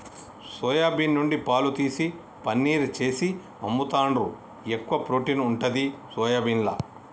soya bean నుండి పాలు తీసి పనీర్ చేసి అమ్ముతాండ్రు, ఎక్కువ ప్రోటీన్ ఉంటది సోయాబీన్ల